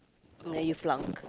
may you flunk